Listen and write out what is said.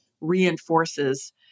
reinforces